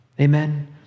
Amen